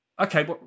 okay